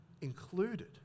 included